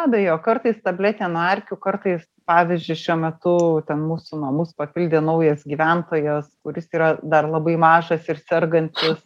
be abejo kartais tabletė nuo erkių kartais pavyzdžiui šiuo metu ten mūsų namus papildė naujas gyventojas kuris yra dar labai mažas ir sergančius